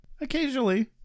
Occasionally